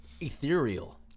ethereal